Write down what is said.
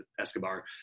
Escobar